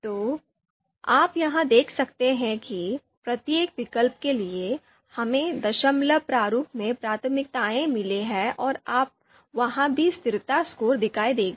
तो आप यहाँ देख सकते हैं कि प्रत्येक विकल्प के लिए हमें दशमलव प्रारूप में प्राथमिकताएँ मिली हैं और आपको वहाँ भी स्थिरता स्कोर दिखाई देगा